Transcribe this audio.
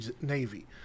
Navy